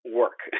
work